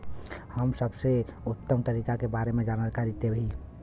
हम सबके उत्तम तरीका के बारे में जानकारी देही?